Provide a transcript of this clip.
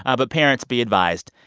um but parents, be advised.